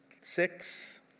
six